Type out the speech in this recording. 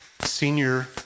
senior